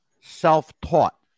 self-taught